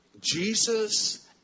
Jesus